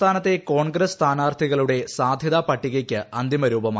സംസ്ഥാനത്തെ കോൺഗ്രസ് സ്ഥാനാർത്ഥികളുടെ സാധ്യതാ പട്ടികയ്ക്ക് അന്തിമ രൂപമായി